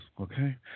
Okay